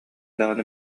даҕаны